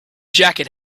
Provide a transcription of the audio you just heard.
jacket